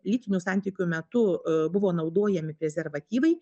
lytinių santykių metu buvo naudojami prezervatyvai